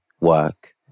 work